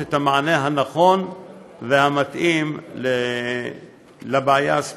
את המענה הנכון והמתאים לבעיה הספציפית.